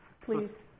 Please